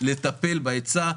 לטפל בהיצע,